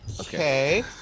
Okay